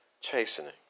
chastening